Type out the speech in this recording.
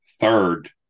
third